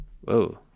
whoa